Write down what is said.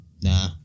Nah